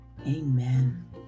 Amen